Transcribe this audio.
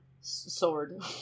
sword